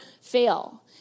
fail